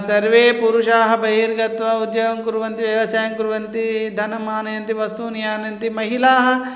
सर्वे पुरुषाः बहिर्गत्वा उद्योगं कुर्वन्ति व्यवसायं कुर्वन्ति धनम् आनयन्ति वस्तूनि आनयन्ति महिलाः